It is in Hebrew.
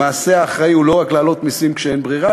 המעשה האחראי הוא לא רק להעלות מסים כשאין ברירה,